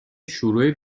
شروع